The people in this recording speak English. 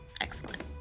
Excellent